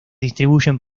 distribuyen